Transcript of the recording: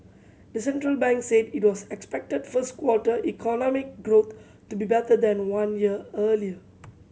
the central bank said it expected first quarter economic growth to be better than one year earlier